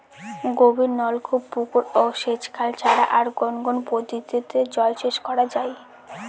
গভীরনলকূপ পুকুর ও সেচখাল ছাড়া আর কোন কোন পদ্ধতিতে জলসেচ করা যায়?